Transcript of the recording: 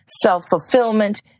self-fulfillment